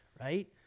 right